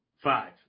five